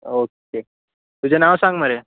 okay तुजें नांव सांग मरे